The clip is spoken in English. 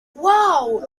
wow